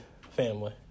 family